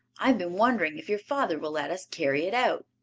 i've been wondering if your father will let us carry it out.